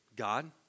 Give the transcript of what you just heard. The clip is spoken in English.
God